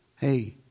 hey